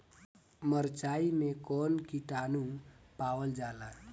मारचाई मे कौन किटानु पावल जाला?